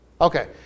Okay